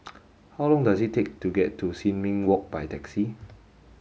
how long does it take to get to Sin Ming Walk by taxi